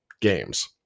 games